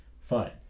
fine